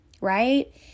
right